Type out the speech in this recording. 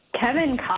Kevin